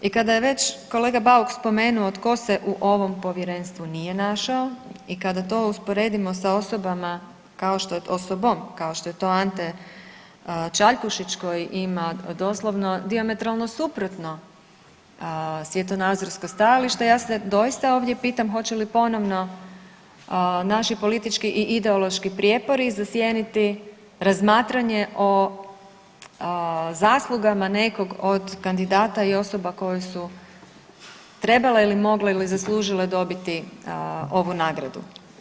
I kada je već kolega Bauk spomenuo tko se u ovom povjerenstvu nije našao i kada to usporedimo sa osobom kao što je to Ante Čaljkušić koji ima doslovno dijametralno suprotno svjetonazorsko stajalište ja se doista ovdje pitam hoće li ponovno naši politički i ideološki prijepori zasjeniti razmatranje o zaslugama nekog od kandidata i osoba koje su trebale ili mogle ili zaslužile dobiti ovu nagradu.